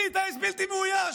כלי טיס בלתי מאויש.